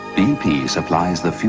bp supplies the fuel.